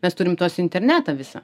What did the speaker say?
mes turim tuos internetą visą